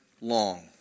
long